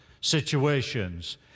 situations